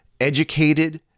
educated